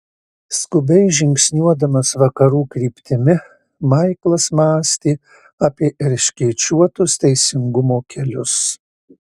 skubiai žingsniuodamas vakarų kryptimi maiklas mąstė apie erškėčiuotus teisingumo kelius